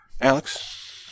Alex